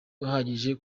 uhagije